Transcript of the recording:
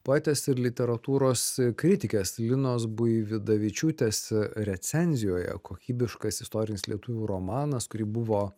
poetės ir literatūros kritikės linos buividavičiūtės recenzijoje kokybiškas istorinis lietuvių romanas kuri buvo